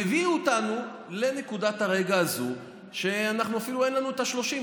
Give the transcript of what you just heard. והם הביאו אותנו לנקודת הרגע הזאת שאפילו אין לנו את ה-30,